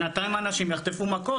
בינתיים אנשים יחטפו מכות,